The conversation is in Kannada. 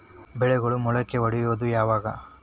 ಬೆಳೆಗಳು ಮೊಳಕೆ ಒಡಿಯೋದ್ ಯಾವಾಗ್?